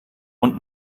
und